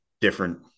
different